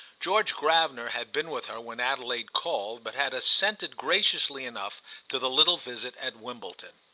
george gravener had been with her when adelaide called, but had assented graciously enough to the little visit at wimbledon.